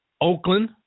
Oakland